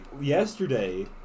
yesterday